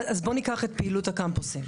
בוא וניקח את פעילות הקמפוסים.